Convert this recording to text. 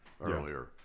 earlier